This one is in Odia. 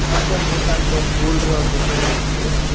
ହଁ ଆଜ୍ଞା ମୁଁ ତାଙ୍କ ସ୍କୁଲର ଟିଚର୍ କହୁଥିଲି